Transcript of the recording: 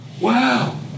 wow